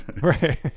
right